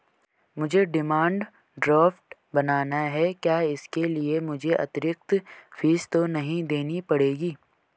मुझे demand draft बनाना है क्या इसके लिए मुझे अतिरिक्त फीस तो नहीं देनी पड़ेगी?